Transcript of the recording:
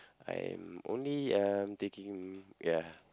I'm only uh taking ya